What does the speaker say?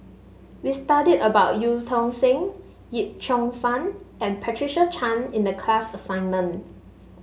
we studied about Eu Tong Sen Yip Cheong Fun and Patricia Chan in the class assignment